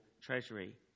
treasury